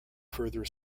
further